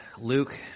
Luke